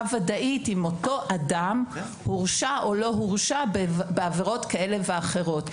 ודאית אם אותו אדם הורשע או לא הורשע בעבירות כאלה ואחרות.